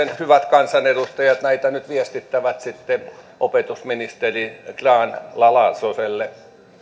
kansanedustajat näistä nyt viestittävät sitten opetusministeri grahn laasoselle